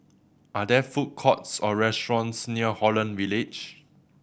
are there food courts or restaurants near Holland Village